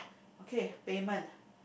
okay payment